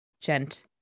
gent